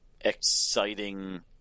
exciting